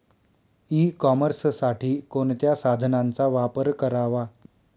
E कॉमर्ससाठी कोणत्या साधनांचा वापर करावा?